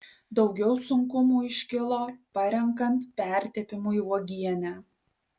daugiau sunkumų iškilo parenkant pertepimui uogienę